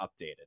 updated